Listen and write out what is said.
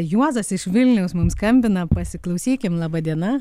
juozas iš vilniaus mums skambina pasiklausykim laba diena